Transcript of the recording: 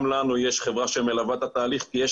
גם לנו יש חברה שמלווה את התהליך כי יש